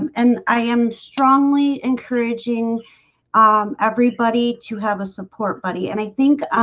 um and i am strongly encouraging everybody to have a support buddy, and i think